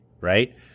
right